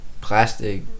plastic